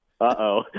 uh-oh